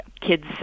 Kids